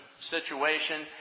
situation